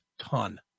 ton